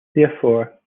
therefore